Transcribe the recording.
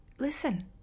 Listen